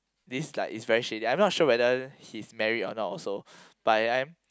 this like is very shady I'm not sure whether he's married or not also but in the end